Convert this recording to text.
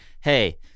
hey